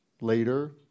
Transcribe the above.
later